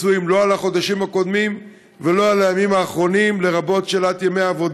הלקח ממבצעים ומלחמות קודמים הוא היכולת לתת מענה